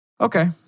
Okay